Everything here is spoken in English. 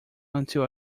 until